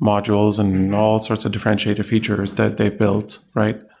modules and all sorts of differentiated features that they've built, right?